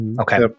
Okay